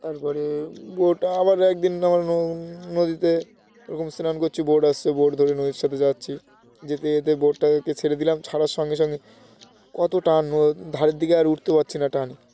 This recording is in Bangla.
তারপরে বোট আবার একদিন আমার নদীতে এরকম স্নান করছি বোট আসছে বোট ধরে নদীর সাথে যাচ্ছি যেতে যেতে বোটটাকে ছেড়ে দিলাম ছাড়ার সঙ্গে সঙ্গে কত টান ধারের দিকে আর উঠতে পারছি না টান